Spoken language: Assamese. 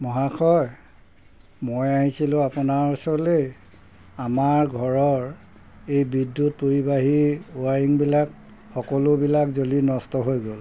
মহাশয় মই আহিছিলোঁ আপোনাৰ ওচৰলৈ আমাৰ ঘৰৰ এই বিদ্যুত পৰিবাহী ৱাইৰিংবিলাক সকলোবিলাক জ্বলি নষ্ট হৈ গ'ল